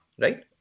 right